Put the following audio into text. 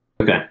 Okay